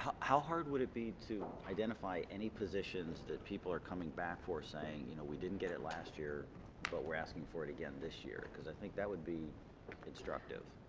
how how hard would it be to identify any position that people are coming back for saying you know we didn't get it last year but we're asking for it again this year because i think that would be constructive.